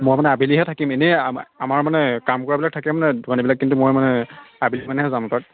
মই মানে আবেলিহে থাকিম এনেই আমাৰ মানে কাম কৰাবিলাক থাকে মানে মানুহবিলাক কিন্তু মই মানে আবেলিমানেহে যাম তাত